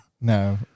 No